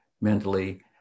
mentally